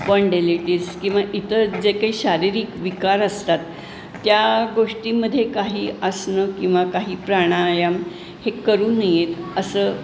spondylitis किंवा इतर जे काही शारीरिक विकार असतात त्या गोष्टींमध्ये काही आसनं किंवा काही प्राणायाम हे करू नयेत असं